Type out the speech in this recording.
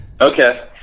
Okay